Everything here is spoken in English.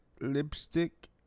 Lipstick